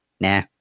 nah